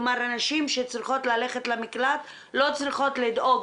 כלומר הנשים שצריכות ללכת למקלט לא צריכות לדאוג,